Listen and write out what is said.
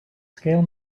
scale